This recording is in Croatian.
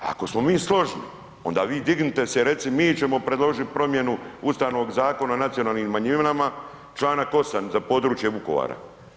Ako smo mi složni onda vi dignite se i reci mi ćemo prdložiti promjenu Ustavnog zakona o nacionalnim manjinama, članak 8. za područje Vukovara.